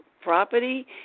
property